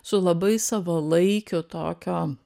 su labai savalaikiu tokio